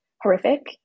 horrific